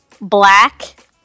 Black